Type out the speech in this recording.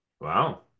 Wow